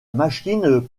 machine